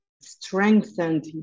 strengthened